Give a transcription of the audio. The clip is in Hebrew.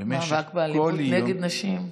כל יום, מאבק באלימות נגד נשים.